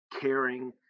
caring